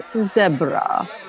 zebra